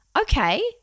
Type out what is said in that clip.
okay